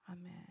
Amen